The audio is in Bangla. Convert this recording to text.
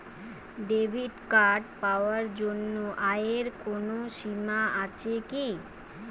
ডেবিট কার্ড পাওয়ার জন্য আয়ের কোনো সীমা আছে কি?